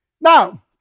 Now